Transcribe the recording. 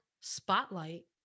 spotlight